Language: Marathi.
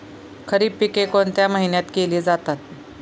खरीप पिके कोणत्या महिन्यात केली जाते?